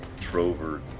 Trover